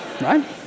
right